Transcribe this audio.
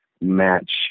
match